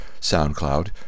SoundCloud